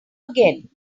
again